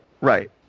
Right